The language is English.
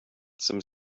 some